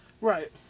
Right